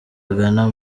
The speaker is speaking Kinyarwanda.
agana